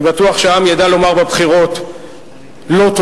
אני בטוח שהעם ידע לומר בבחירות: לא,